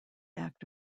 act